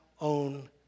own